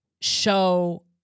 show